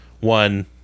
one